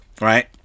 Right